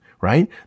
right